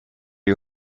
you